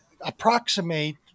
approximate